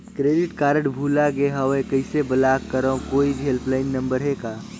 Credit card भुला गे हववं कइसे ब्लाक करव? कोई हेल्पलाइन नंबर हे का?